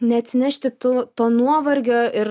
neatsinešti tu to nuovargio ir